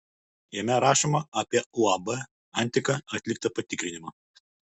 jame rašoma apie uab antika atliktą patikrinimą